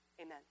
Amen